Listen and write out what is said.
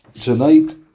tonight